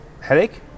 headache